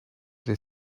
they